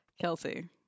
Kelsey